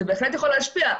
זה בהחלט יכול להשפיע.